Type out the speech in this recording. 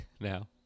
now